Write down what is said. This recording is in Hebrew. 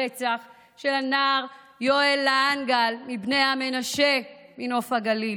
הרצח של הנער יואל להנגהל מבני המנשה מנוף הגליל.